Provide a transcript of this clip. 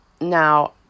Now